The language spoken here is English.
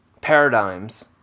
paradigms